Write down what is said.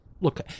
look